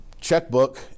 checkbook